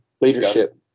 Leadership